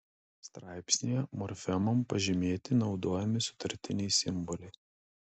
straipsnyje morfemom pažymėti naudojami sutartiniai simboliai